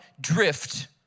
drift